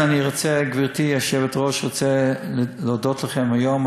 גברתי היושבת-ראש, אני רוצה להודות לכם היום.